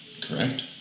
correct